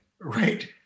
Right